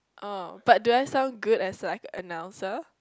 oh but do I sound good as like an announcer